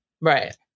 Right